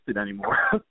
anymore